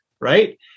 right